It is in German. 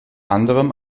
anderem